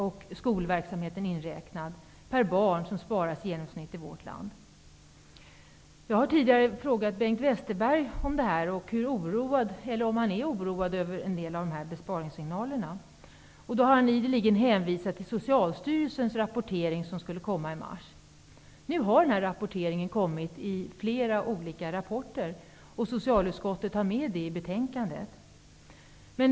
Då har man räknat in både barnomsorgen och skolverksamheten. Jag har tidigare frågat Bengt Westerberg om detta och om han är oroad över en del av dessa besparingssignaler. Han har ideligen hänvisat till Socialstyrelens rapportering som skulle komma i mars. Nu har rapporteringen kommit i flera olika rapporter, och socialutskottet har med det i betänkandet.